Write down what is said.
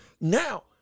now